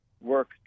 work